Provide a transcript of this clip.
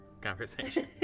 conversation